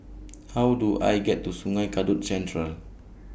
How Do I get to Sungei Kadut Central